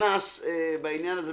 קנס בעניין הזה,